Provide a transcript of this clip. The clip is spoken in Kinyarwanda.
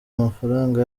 amafaranga